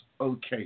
okay